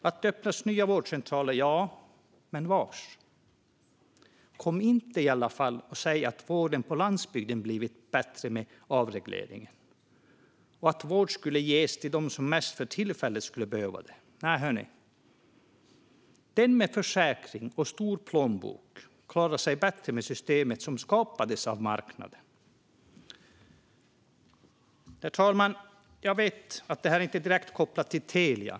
Ja, det har öppnats nya vårdcentraler. Men var? Kom i alla fall inte och säg att vården på landsbygden har blivit bättre i och med avregleringen och att vård ges till den som behöver det mest för tillfället. Nej, hör ni! Den som har försäkring och stor plånbok klarar sig bättre i systemet som skapades av marknaden. Herr talman! Jag vet att detta inte är direkt kopplat till Telia.